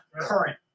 current